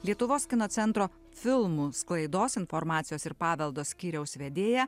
lietuvos kino centro filmų sklaidos informacijos ir paveldo skyriaus vedėja